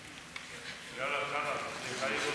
הנושא לוועדת העבודה, הרווחה והבריאות נתקבלה.